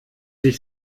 sich